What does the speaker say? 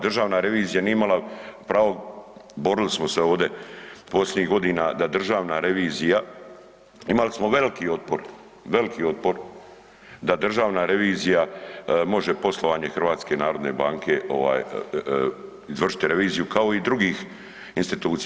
Državna revizija nije imala pravo borili smo se ovdje posljednjih godina da Državna revizija, imali smo veliki otpor, veliki otpor da Državna revizija može poslovanje HNB izvršiti reviziju kao i drugih institucija.